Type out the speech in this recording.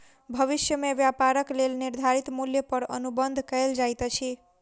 भविष्य में व्यापारक लेल निर्धारित मूल्य पर अनुबंध कएल जाइत अछि